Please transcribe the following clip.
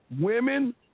women